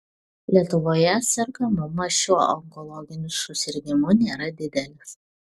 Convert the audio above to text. lietuvoje sergamumas šiuo onkologiniu susirgimu nėra didelis